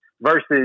Versus